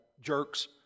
jerks